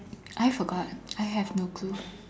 I forgot I have no clue